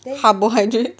carbohydrate